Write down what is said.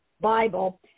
Bible